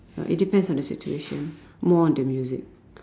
uh it depends on the situation more on the music